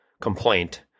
complaint